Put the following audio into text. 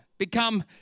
Become